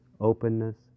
openness